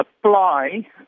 apply